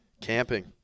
Camping